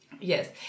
Yes